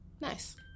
Nice